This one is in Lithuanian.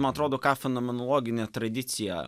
ma atrodo ką fenomenologinė tradicija